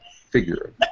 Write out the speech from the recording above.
figure